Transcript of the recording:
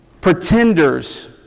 pretenders